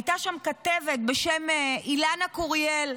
הייתה שם כתבת בשם אילנה קוריאל,